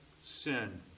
sin